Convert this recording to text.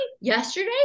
yesterday